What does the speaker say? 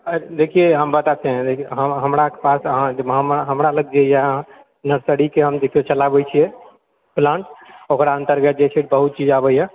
देखिए हम बताते है हमरा पास अहाँ हमरा लग यऽ नर्सरीके हम देखिऔ चलाबैत छियै प्लान्ट ओकरा अन्तर्गत जे छै बहुत चीज आबयए